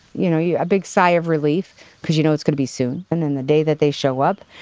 you know yeah a big sigh of relief because you know it's going to be soon. and then the day that they show up,